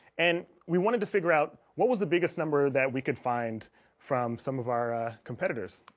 and we wanted to figure out. what was the biggest number that we could find from some of our ah competitors